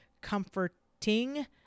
comforting